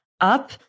up